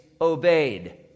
obeyed